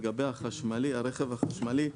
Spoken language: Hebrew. לגבי הרכב החשמלי,